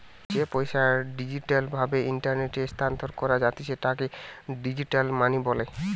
যেই পইসা ডিজিটাল ভাবে ইন্টারনেটে স্থানান্তর করা জাতিছে তাকে ডিজিটাল মানি বলে